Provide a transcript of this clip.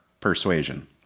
persuasion